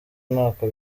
ntako